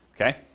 Okay